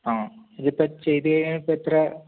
ആ ഇതിപ്പോൾ ചെയ്ത് കഴിഞ്ഞാൽ ഇപ്പോൾ എത്ര